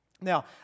Now